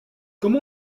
comme